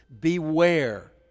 Beware